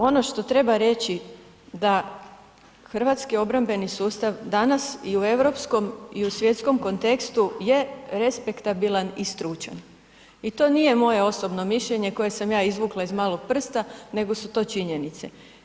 Ono što treba reći da hrvatski obrambeni sustav danas i u europskom i u svjetskom kontekstu je respektabilan i stručan i to nije moje osobno mišljenje koje sam ja izvukla iz malog prsta, nego su to činjenice.